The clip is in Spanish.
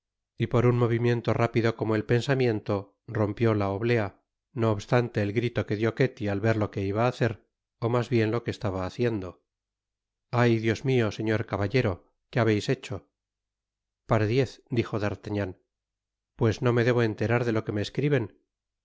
y por un movimiento rápido como el pensamiento rompió la oblea no obstante el grito que dió ketty al ver lo que iba á hacer ó mas bien lo que estaba haciendo a y dios mio señor caballero que habeis hecho i pardiez dijo d'artagnan pues no me debo enterar de lo que me escriben y